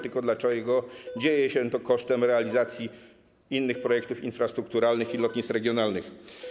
Tylko dlaczego dzieje się to kosztem realizacji innych projektów infrastrukturalnych i lotnisk regionalnych?